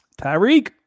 Tyreek